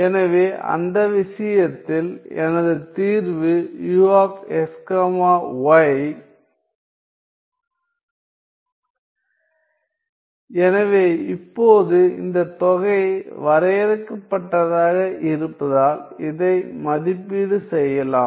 எனவே அந்த விஷயத்தில் எனது தீர்வு u x y எனவே இப்போது இந்த தொகை வரையறுக்கப்பட்டதாக இருப்பதால் இதை மதிப்பீடு செய்யலாம்